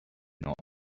not